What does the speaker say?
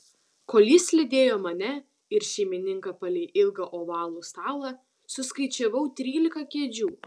kol jis lydėjo mane ir šeimininką palei ilgą ovalų stalą suskaičiavau trylika kėdžių